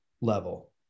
level